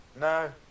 No